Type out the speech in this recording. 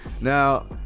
now